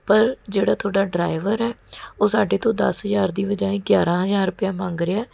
ਪਰ ਜਿਹੜਾ ਤੁਹਾਡਾ ਡਰਾਈਵਰ ਹੈ ਉਹ ਸਾਡੇ ਤੋਂ ਦਸ ਹਜ਼ਾਰ ਦੀ ਬਜਾਏ ਗਿਆਰ੍ਹਾਂ ਹਜ਼ਾਰ ਰੁਪਿਆ ਮੰਗ ਰਿਹਾ ਹੈ